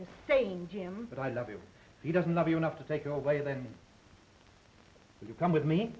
you're saying jim but i love you he doesn't love you enough to take away then you come with me